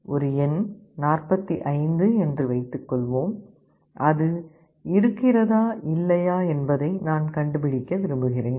ஒரு எண் 45 என்று வைத்துக்கொள்வோம் அது இருக்கிறதா இல்லையா என்பதை நான் கண்டுபிடிக்க விரும்புகிறேன்